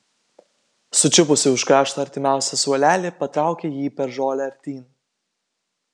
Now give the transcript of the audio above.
sučiupusi už krašto artimiausią suolelį patraukė jį per žolę artyn